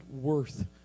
worth